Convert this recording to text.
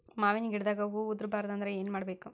ಮಾವಿನ ಗಿಡದಾಗ ಹೂವು ಉದುರು ಬಾರದಂದ್ರ ಏನು ಮಾಡಬೇಕು?